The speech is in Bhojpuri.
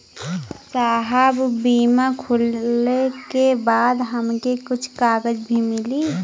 साहब बीमा खुलले के बाद हमके कुछ कागज भी मिली?